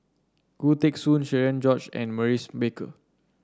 Khoo Teng Soon Cherian George and Maurice Baker